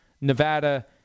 Nevada